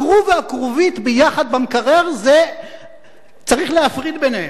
הכרוב והכרובית ביחד במקרר, צריך להפריד ביניהם.